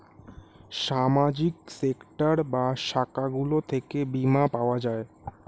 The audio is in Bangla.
সামাজিক সেক্টর বা শাখাগুলো থেকে বীমা পাওয়া যায়